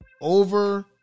over